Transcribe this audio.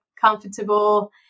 comfortable